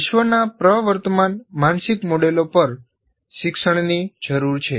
વિશ્વના પ્રવર્તમાન માનસિક મોડેલો પર શિક્ષણની જરૂર છે